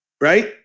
right